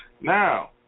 Now